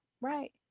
Right